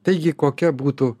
taigi kokia būtų